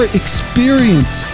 experience